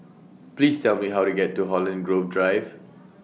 Please Tell Me How to get to Holland Grove Drive